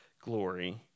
glory